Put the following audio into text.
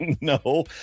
No